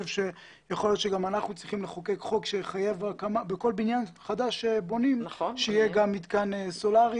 יכול להיות שגם אנחנו צריכים לחוקק חוק שיחייב הקמה של מתקן סולרי